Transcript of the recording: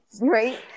Right